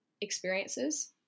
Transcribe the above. experiences